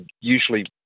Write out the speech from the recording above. usually